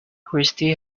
christy